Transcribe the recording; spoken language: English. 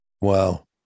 Wow